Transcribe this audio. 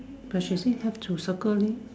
but she say have to circle leh